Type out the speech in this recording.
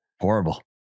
Horrible